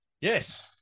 Yes